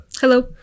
Hello